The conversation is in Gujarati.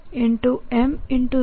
x xxxyyzzr5mxxr3 3m